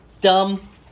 dumb